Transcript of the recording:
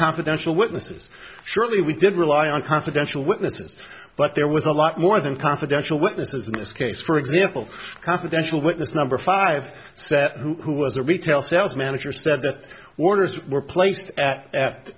confidential witnesses surely we did rely on confidential witnesses but there was a lot more than confidential witnesses in this case for example confidential witness number five set who was a retail sales manager said that orders were placed at